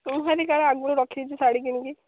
ମୁଁ ଭାବିଲି କାଳେ ଆଗରୁ ରଖି ଦେଇଥିବୁ ଶାଢ଼ୀ କିଣିକି